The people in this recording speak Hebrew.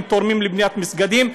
תורמים לבניית מסגדים,